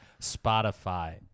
Spotify